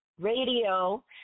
Radio